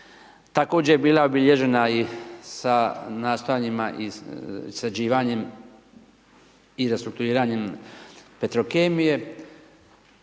Također, je bila obilježena i sa nastojanjima i sređivanjem i za strukturiranjem Petrokemije,